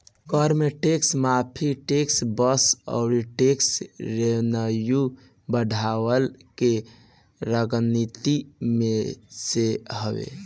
कर में टेक्स माफ़ी, टेक्स बेस अउरी टेक्स रेवन्यू बढ़वला के रणनीति में से हवे